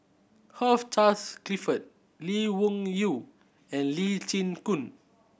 Charles Clifford Lee Wung Yew and Lee Chin Koon